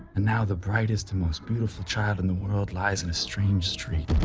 and now the brightest and most beautiful child in the world lies in a stream street